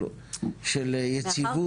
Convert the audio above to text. של יציבות,